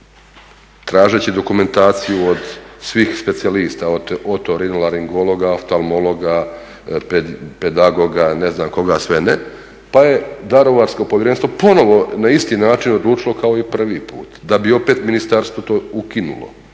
tražeći dokumentaciju od svih specijalista, od otorinolaringologa, oftalmologa, pedagoga ne znam koga sve ne. Pa je daruvarsko povjerenstvo ponovno na isti način odlučilo kao i prvi put da bi opet ministarstvo to ukinulo.